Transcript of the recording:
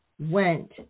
went